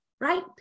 Right